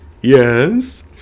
yes